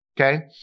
Okay